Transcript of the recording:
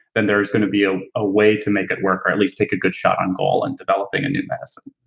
then there's gonna be ah a way to make it work or at least take a good shot on goal and developing a new medicine.